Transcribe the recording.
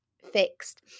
fixed